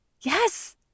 Yes